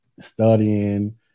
studying